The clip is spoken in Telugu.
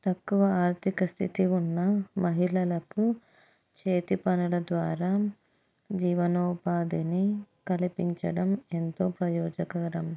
తక్కువ ఆర్థిక స్థితి ఉన్న మహిళలకు చేతి పనుల ద్వారా జీవనోపాధిని కల్పించడం ఎంతో ప్రయోజకరం